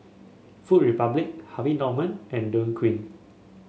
Food Republic Harvey Norman and Dequadin